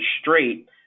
straight